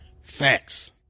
Facts